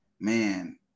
Man